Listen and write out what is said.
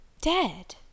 Dead